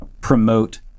promote